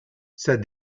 said